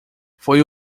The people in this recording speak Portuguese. foi